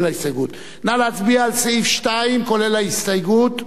נא להצביע על סעיף 2 כולל ההסתייגות.